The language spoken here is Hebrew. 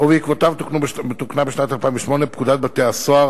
ובעקבותיו תוקנה בשנת 2008 פקודת בתי-הסוהר,